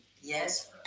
yes